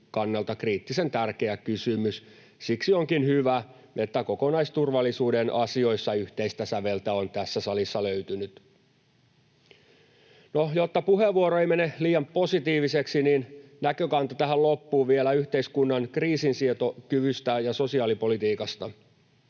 kannalta kriittisen tärkeä kysymys. Siksi onkin hyvä, että kokonaisturvallisuuden asioissa yhteistä säveltä on tässä salissa löytynyt. Jotta puheenvuoro ei mene liian positiiviseksi, niin näkökanta tähän loppuun vielä yhteiskunnan kriisinsietokyvystä ja sosiaalipolitiikasta.